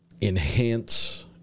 enhance